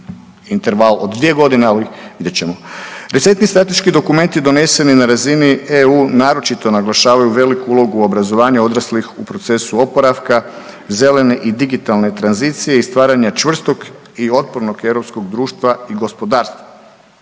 interval od 2 godine, ali vidjet ćemo. Recentni strateški dokumenti doneseni na razini EU naročito naglašavaju veliku ulogu obrazovanja odraslih u procesu oporavka, zelene i digitalne tranzicije i stvaranja čvrstog i otpornog europskog društva i gospodarstva.